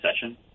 session